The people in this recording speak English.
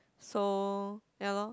so ya lor